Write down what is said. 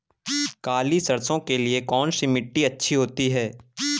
काली सरसो के लिए कौन सी मिट्टी अच्छी होती है?